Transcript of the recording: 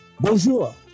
Bonjour